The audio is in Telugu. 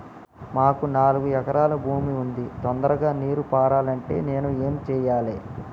మాకు నాలుగు ఎకరాల భూమి ఉంది, తొందరగా నీరు పారాలంటే నేను ఏం చెయ్యాలే?